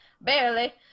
Barely